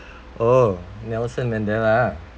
oh nelson mandela